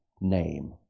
name